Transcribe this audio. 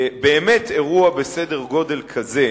באמת אירוע בסדר גודל כזה,